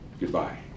goodbye